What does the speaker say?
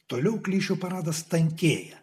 toliau klišių paradas tankėja